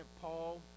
paul